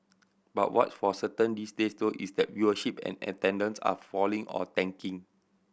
but what's for certain these days though is that viewership and attendance are falling or tanking